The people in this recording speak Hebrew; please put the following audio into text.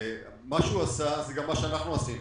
מה שהוא עשה זה גם מה שאנחנו עשינו,